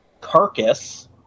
Carcass